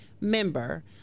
member